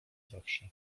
zawsze